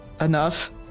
enough